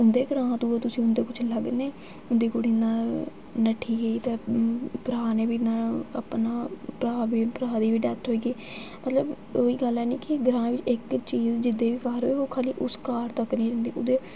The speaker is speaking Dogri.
उं'दे ग्रांऽ तो तुस उं'दे कुछ लगदे ओ उं'दी कुड़ी नठ्ठी गेई ते भ्राऽ ने बी ना अपना भ्राऽ बी भ्राऽ दी बी डेथ होई गेई मतलब ओह् ई गल्ल ऐ ना कि ग्रांऽ बिच इक चीज़ दी ओह् खा'ल्ली उस घर तक निं रौह्ंदी उ'दे